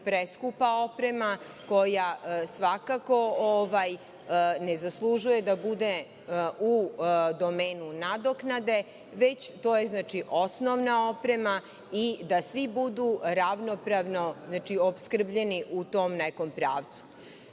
preskupa oprema koja svakako ne zaslužuje da bude u domenu nadoknade, već je to osnovna oprema i da svi budu ravnopravno opskrbljeni u tom nekom pravcu. Što